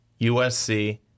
USC